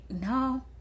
No